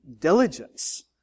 diligence